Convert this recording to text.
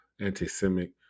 anti-Semitic